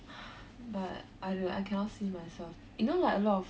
but I don't know I cannot see myself you know like a lot of